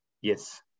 Yes